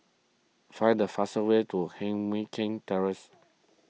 find the fastest way to Heng Mui Keng Terrace